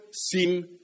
seem